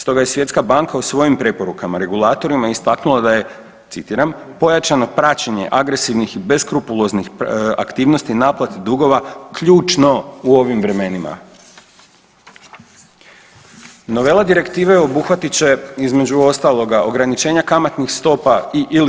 Stoga je Svjetska banka u svojim preporukama regulatorima istaknula da je, citiram, pojačano praćenje agresivnih i beskrupuloznih aktivnosti naplate dugova ključno u ovim vremenima. ... direktive obuhvatit će, između ostaloga, ograničenja kamatnih stopa i/